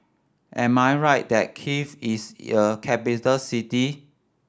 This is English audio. am I right that Kiev is a capital city